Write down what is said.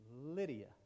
Lydia